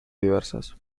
diversas